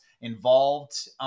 involved